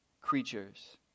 creatures